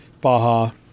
baja